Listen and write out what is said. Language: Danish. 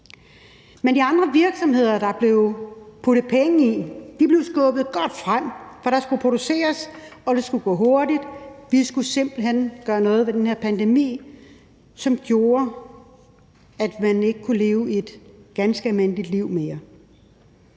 Men de andre virksomheder, der blev puttet penge i, blev skubbet godt frem, for der skulle produceres, og det skulle gå hurtigt. Vi skulle simpelt hen gøre noget ved den her pandemi, som gjorde, at man ikke mere kunne leve et ganske almindeligt liv.